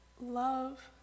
love